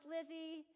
Lizzie